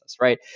right